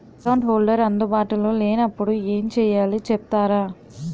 Account holder అందు బాటులో లే నప్పుడు ఎం చేయాలి చెప్తారా?